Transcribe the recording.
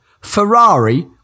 Ferrari